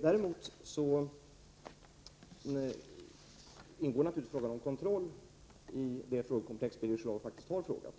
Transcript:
Däremot ingår naturligtvis frågan om kontroll i det frågekomplex Birger Schlaug faktiskt har aktualiserat.